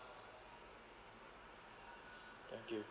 thank you